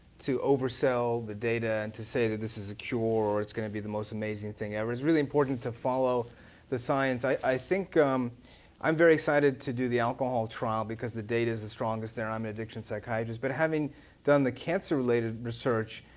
oversell the data, and to say that this is a cure or it's gonna be the most amazing thing ever. it's really important to follow the science. i think i'm very excited to do the alcohol trial because the data is the strongest there. i'm an addiction psychiatrist, but having done the cancer related research,